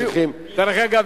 דרך אגב,